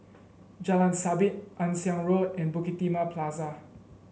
Jalan Sabit Ann Siang Road and Bukit Timah Plaza